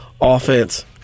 offense